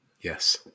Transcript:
Yes